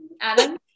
Adam